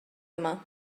yma